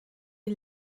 die